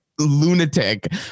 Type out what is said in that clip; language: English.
lunatic